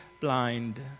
blind